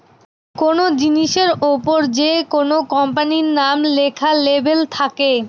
কোনো জিনিসের ওপর যেকোনো কোম্পানির নাম লেখা লেবেল থাকে